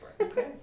Okay